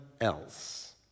else